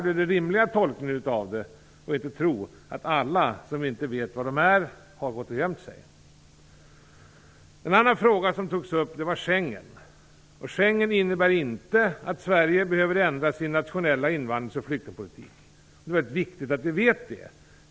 Den rimliga tolkningen av detta är alltså att inte tro att alla som saknas har gått och gömt sig. En annan fråga som togs upp var Schengenavtalet. Schengenavtalet innebär inte att Sverige behöver ändra sin nationella invandrings och flyktingpolitik. Det är viktigt att vi vet det.